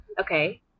Okay